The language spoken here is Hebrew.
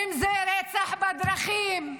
ואם זה רצח בדרכים,